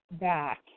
back